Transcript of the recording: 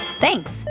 Thanks